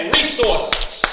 Resources